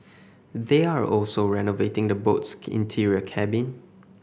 they are also renovating the boat's interior cabin